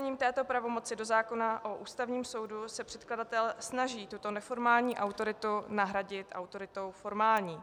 Zakotvením této pravomoci do zákona o Ústavním soudu se předkladatel snaží tuto neformální autoritu nahradit autoritou formální.